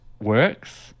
works